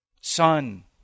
Son